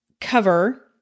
cover